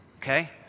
okay